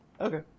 Okay